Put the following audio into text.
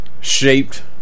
shaped